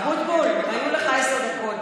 אבוטבול, היו לך עשר דקות.